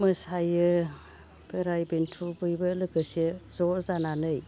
मोसायो बोराय बेन्थ' बयबो लोगोसे ज' जानानै